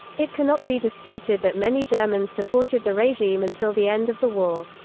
it cannot be disputed that many germans supported the regime until the end of the war.